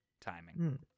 timing